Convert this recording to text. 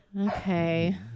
Okay